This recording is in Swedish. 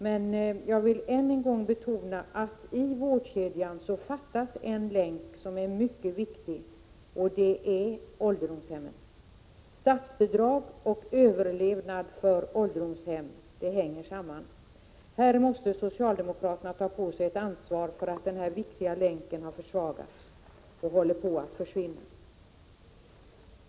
Men jag vill återigen betona att i vårdkedjan fattas en länk som är mycket viktig, och det är ålderdomshemmen. Statsbidrag och överlevnad för ålderdomshemmen hänger samman. Socialdemokraterna måste ta på sig ett ansvar för att denna viktiga länk har försvagats och håller på att brista.